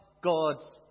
God's